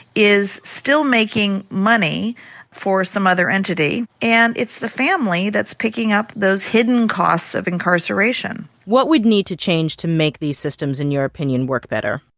is still making money for some other entity, and it's the family that's picking up those hidden costs of incarceration what would need to change to make these systems, in your opinion, work better?